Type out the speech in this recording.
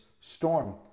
storm